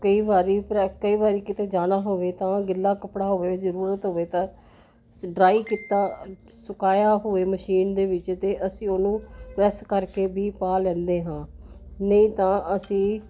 ਕਈ ਵਾਰੀ ਪਰੈ ਕਈ ਵਾਰੀ ਕਿਤੇ ਜਾਣਾ ਹੋਵੇ ਤਾਂ ਗਿੱਲਾ ਕੱਪੜਾ ਹੋਵੇ ਜ਼ਰੂਰਤ ਹੋਵੇ ਤਾਂ ਸ ਡਰਾਈ ਕੀਤਾ ਸੁਕਾਇਆ ਹੋਏ ਮਸ਼ੀਨ ਦੇ ਵਿੱਚ ਤਾਂ ਅਸੀਂ ਉਹਨੂੰ ਪ੍ਰੈਸ ਕਰਕੇ ਵੀ ਪਾ ਲੈਂਦੇ ਹਾਂ ਨਹੀਂ ਤਾਂ ਅਸੀਂ